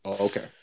okay